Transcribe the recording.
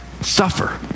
suffer